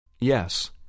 Yes